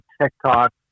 TikTok